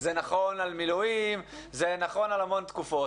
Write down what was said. זה נכון על מילואים, זה נכון על המון תקופות.